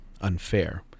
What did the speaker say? unfair